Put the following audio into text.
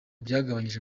byagabanyije